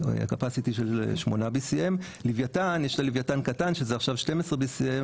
ל-capacity של BCM 8. לוויתן שיש את הלוויתן קטן שזה עכשיו BCM 12,